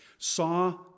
saw